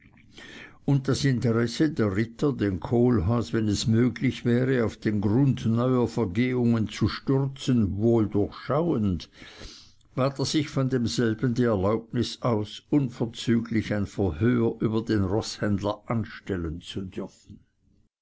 und das interesse der ritter den kohlhaas wenn es möglich wäre auf den grund neuer vergehungen zu stürzen wohl durchschauend bat er sich von demselben die erlaubnis aus unverzüglich ein verhör über den roßhändler anstellen zu dürfen